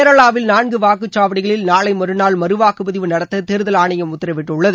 கேரளாவில் நான்கு வாக்குச் சாவடிகளில் நாளை மறுநாள் மறு வாக்குப் பதிவு நடத்த தேர்தல் ஆணையம் உத்தரவிட்டுள்ளது